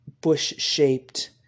bush-shaped